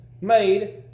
made